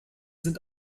sind